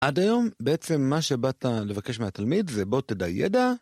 עד היום בעצם מה שבאת לבקש מהתלמיד זה בוא תדיידה.